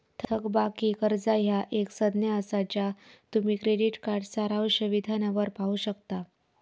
थकबाकी कर्जा ह्या एक संज्ञा असा ज्या तुम्ही क्रेडिट कार्ड सारांश विधानावर पाहू शकता